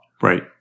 right